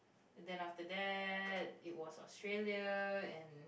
then after that it was Australia and